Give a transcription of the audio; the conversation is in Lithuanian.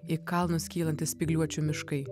į kalnus kylantys spygliuočių miškai